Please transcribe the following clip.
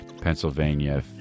Pennsylvania